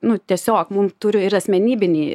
nu tiesiog mum turi ir asmenybiniai